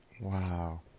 Wow